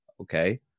okay